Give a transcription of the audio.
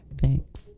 Thanks